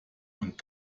und